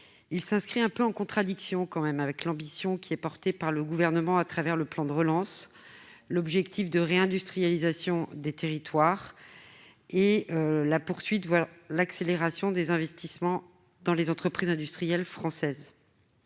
de même un peu en contradiction avec l'ambition que porte le Gouvernement au travers du plan de relance, à savoir la réindustrialisation des territoires et la poursuite, voire l'accélération des investissements dans les entreprises industrielles françaises.